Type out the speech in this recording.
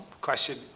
question